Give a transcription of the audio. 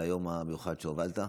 על היום המיוחד שהובלת.